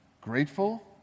grateful